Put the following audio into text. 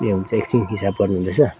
ए हुन्छ एकछिन हिसाब गर्नुहुँदैछ